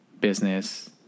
business